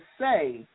say